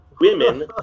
women